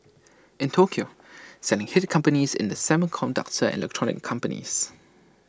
in Tokyo selling hit companies in the semiconductor and electronics companies